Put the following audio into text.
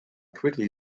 quickly